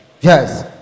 yes